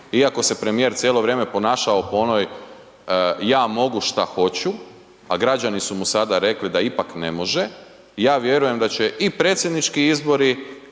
iako se premijer cijelo vrijeme ponašao po onoj ja mogu što hoću, a građani su mu sada rekli da ipak ne može. Ja vjerujem da će i predsjednički izbori